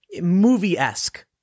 movie-esque